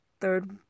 third